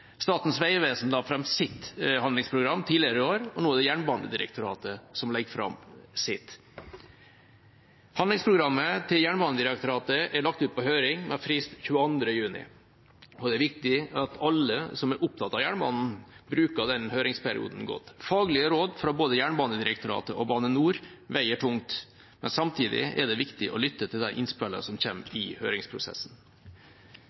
Statens vegvesen la fram sitt handlingsprogram tidligere i år, og nå er det Jernbanedirektoratet som legger fram sitt. Handlingsprogrammet til Jernbanedirektoratet er lagt ut på høring, med frist 22. juni. Det er viktig at alle som er opptatt av jernbanen, bruker høringsperioden godt. Faglige råd både fra Jernbanedirektoratet og fra Bane NOR veier tungt, men samtidig er det viktig å lytte til de innspillene som